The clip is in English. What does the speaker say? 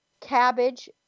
cabbage